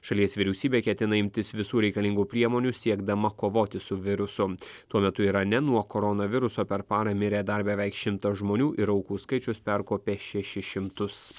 šalies vyriausybė ketina imtis visų reikalingų priemonių siekdama kovoti su virusu tuo metu irane nuo koronaviruso per parą mirė dar beveik šimtas žmonių ir aukų skaičius perkopė šešis šimtus